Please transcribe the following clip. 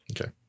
Okay